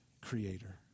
creator